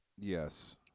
Yes